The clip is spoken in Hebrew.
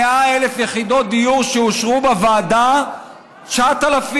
מעל 100,000 יחידות דיור אושרו בוועדה, 9,000,